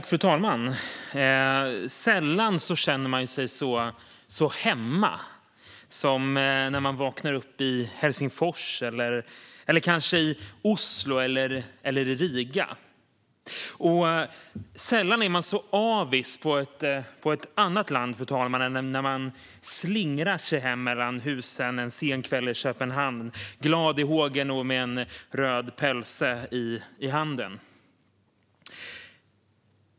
Fru talman! Sällan känner man sig så hemma som när man vaknar upp i Helsingfors eller kanske i Oslo eller Riga. Och sällan är man så avis på ett annat land som när man tar sig hem på slingrande gator mellan husen en sen kväll i Köpenhamn, glad i hågen och med en röd pölse i handen.